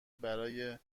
برای